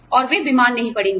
और वे बीमार नहीं पड़ेंगे